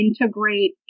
integrate